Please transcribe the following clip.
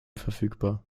verfügbar